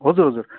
हजुर हजुर